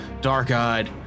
dark-eyed